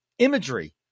imagery